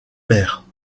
père